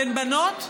בין בנות לבנים.